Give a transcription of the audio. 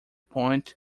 point